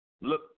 look